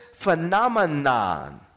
phenomenon